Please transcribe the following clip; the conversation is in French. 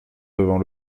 devant